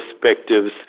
perspectives